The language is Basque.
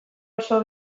oso